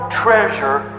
treasure